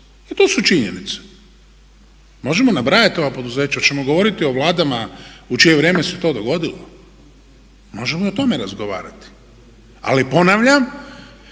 I to su činjenice. Možemo nabrajati ova poduzeća, hoćemo govoriti o vladama u čije vrijeme se to dogodilo? Možemo i o tome razgovarati. Ali ponavljam